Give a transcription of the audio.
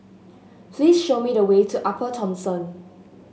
please show me the way to Upper Thomson